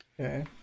Okay